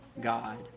God